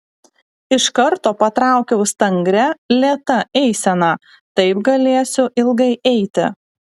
iš karto patraukiau stangria lėta eisena taip galėsiu ilgai eiti